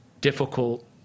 difficult